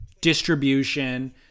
distribution